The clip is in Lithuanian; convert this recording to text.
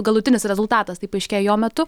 galutinis rezultatas taip aiškėja jo metu